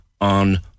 on